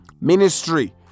ministry